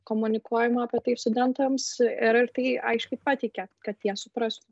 komunikuojama apie tai ir studentams ir ar tai aiškiai pateikia kad jie suprastų